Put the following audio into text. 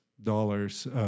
dollars